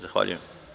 Zahvaljujem.